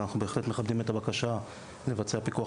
אבל אנחנו בהחלט מכבדים את הבקשה לבצע פיקוח